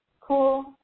Cool